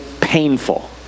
painful